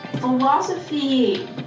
philosophy